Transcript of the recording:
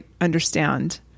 understand